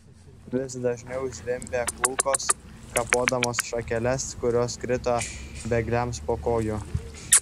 vis dažniau zvimbė kulkos kapodamos šakeles kurios krito bėgliams po kojų